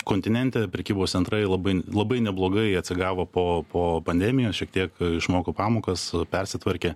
kontinente prekybos centrai labai labai neblogai atsigavo po po pandemijos šiek tiek išmoko pamokas persitvarkė